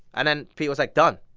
and then pete was like, done,